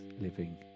living